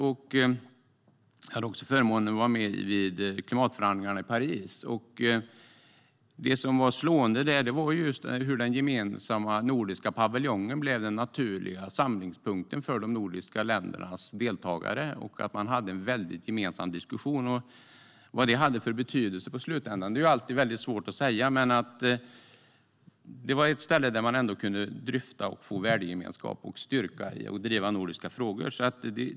Jag hade också förmånen att vara med vid klimatförhandlingarna i Paris, och det som var slående där var just att den gemensamma nordiska paviljongen blev den naturliga samlingspunkten för de nordiska ländernas deltagare och att man hade gemensamma diskussioner. Vad det hade för betydelse i slutändan är alltid väldigt svårt att säga, men det var ändå ett ställe där man kunde dryfta frågor, känna värdegemenskap och få styrka i att driva nordiska frågor.